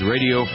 Radio